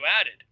added